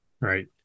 Right